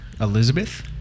Elizabeth